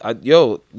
Yo